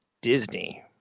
Disney